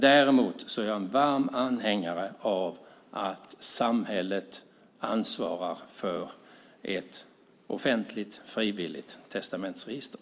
Däremot är jag en varm anhängare av att samhället ansvarar för ett offentligt frivilligt testamentsregister.